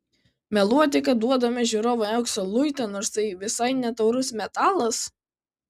meluoti kad duodame žiūrovui aukso luitą nors tai visai ne taurus metalas